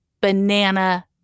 banana